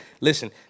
Listen